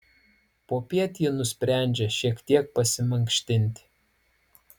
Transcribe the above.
popiet ji nusprendžia šiek tiek pasimankštinti